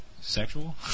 sexual